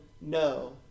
no